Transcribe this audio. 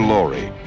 Laurie